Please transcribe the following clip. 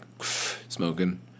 smoking